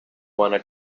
wanna